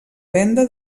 venda